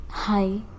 Hi